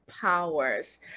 Powers